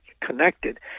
connected